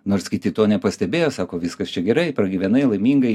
nors kiti to nepastebėjo sako viskas čia gerai pragyvenai laimingai